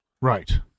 Right